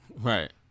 Right